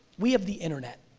we have the internet,